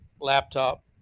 laptop